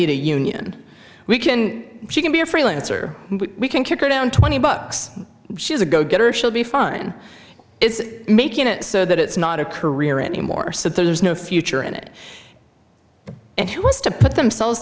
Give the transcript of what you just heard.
need a union we can she can be a freelancer we can kick her down twenty bucks she's a go getter she'll be fine is making it so that it's not a career anymore so there's no future in it and who wants to put themselves